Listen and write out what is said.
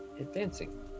advancing